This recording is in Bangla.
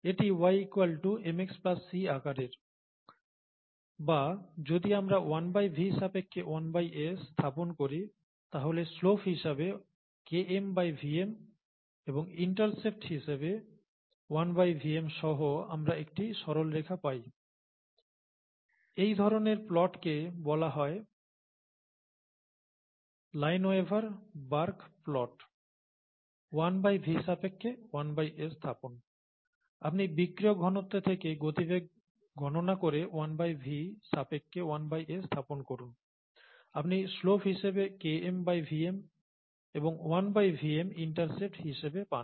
এটি y mx c আকারের বা যদি আমরা 1V সাপেক্ষে 1S স্থাপন করি তাহলে শ্লোপ হিসাবে KmVm এবং ইন্টারসেপ্ট হিসাবে 1Vm সহ আমরা একটি সরল রেখা পাই এই ধরনের প্লটকে বলা হয় লাইনউইভার বার্ক প্লট 1V সাপেক্ষে 1S স্থাপন আপনি বিক্রিয়ক ঘনত্ব থেকে গতিবেগ গণনা করে 1V সাপেক্ষে 1S স্থাপন করুন আপনি শ্লোপ হিসাবে KmVm এবং 1Vm ইন্টারসেপ্ট হিসাবে পান